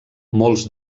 molts